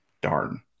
Darn